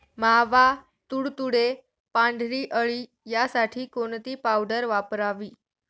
मावा, तुडतुडे, पांढरी अळी यासाठी कोणती पावडर वापरावी?